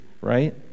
right